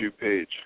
page